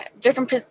different